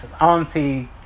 auntie